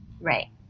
Right